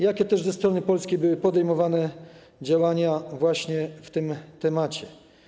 Jakie też ze strony Polski były podejmowane działania właśnie w tym temacie?